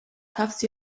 tufts